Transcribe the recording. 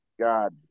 God